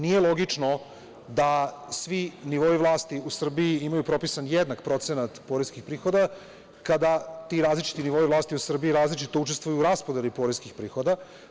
Nije logično da svi nivoi vlasti u Srbiji imaju propisan jednak procenat poreskih prihoda, kada ti različiti nivoi vlasti u Srbiji različito učestvuju u raspodeli poreskih prihoda.